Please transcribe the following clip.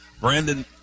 Brandon